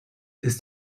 ist